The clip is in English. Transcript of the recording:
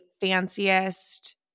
fanciest